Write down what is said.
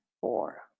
four